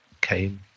came